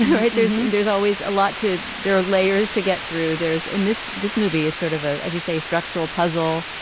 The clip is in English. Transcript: all right. there's there's always a lot too there are layers to get through. there is in this this movie is sort of of as you say a structural puzzle.